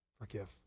forgive